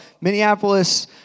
Minneapolis